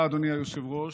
היושב-ראש.